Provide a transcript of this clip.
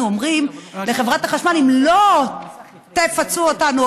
אומרים לחברת החשמל: אם לא תפצו אותנו,